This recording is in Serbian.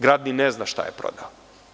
Grad ni ne zna šta je prodao.